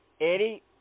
Eddie